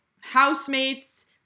housemates